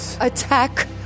attack